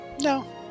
No